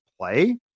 play